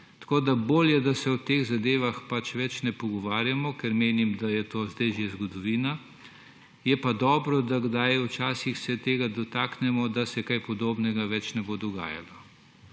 Tako da bolje, da se o tem zadevah pač več ne pogovarjamo, ker menim, da je to zdaj že zgodovina. Je pa dobro, da se včasih tega dotaknemo, da se kaj podobnega več ne bo dogajalo.